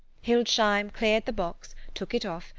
hildesheim cleared the box, took it off,